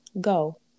go